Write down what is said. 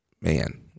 man